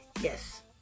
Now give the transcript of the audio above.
yes